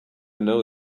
know